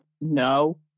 No